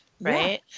right